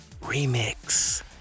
Remix